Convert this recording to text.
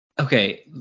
Okay